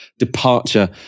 departure